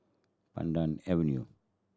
Pandan Avenue